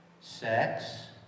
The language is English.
sex